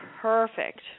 perfect